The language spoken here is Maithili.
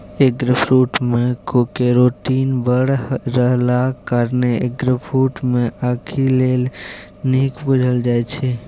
एगफ्रुट मे केरोटीन बड़ रहलाक कारणेँ एगफ्रुट केँ आंखि लेल नीक बुझल जाइ छै